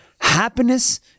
Happiness